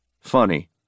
Funny